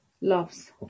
loves